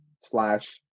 slash